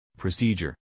Procedure